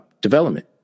development